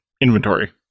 inventory